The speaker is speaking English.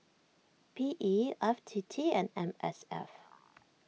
P E F T T and M S F